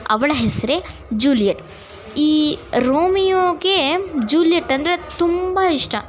ಅವಳ ಹೆಸರೇ ಜೂಲಿಯೆಟ್ ಈ ರೋಮಿಯೋಗೆ ಜೂಲಿಯೆಟ್ ಅಂದರೆ ತುಂಬ ಇಷ್ಟ